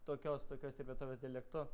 tokios tokios ir vietovės dialektu